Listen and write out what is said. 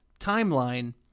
timeline